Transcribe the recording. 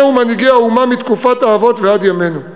ומנהיגי האומה מתקופת האבות ועד ימינו.